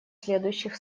следующих